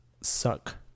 suck